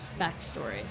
backstory